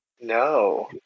no